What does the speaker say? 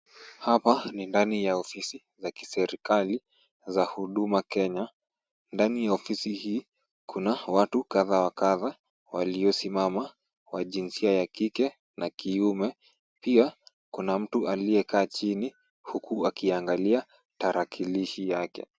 Hapa ni ndani ya ofisi za kiseriali za huduma Kenya. Ndani ya ofisi hii kuna watu kadha wa kadha waliosimama wa jinsi ya kike na kiume. Pia kuna mtu aliyekaa chini huku akiangalia tarakilishi yake.